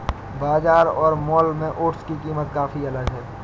बाजार और मॉल में ओट्स की कीमत काफी अलग है